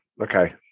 okay